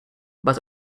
but